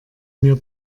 mir